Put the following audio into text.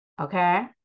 okay